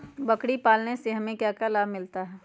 बकरी पालने से हमें क्या लाभ मिलता है?